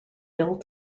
bill